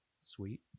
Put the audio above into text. Sweet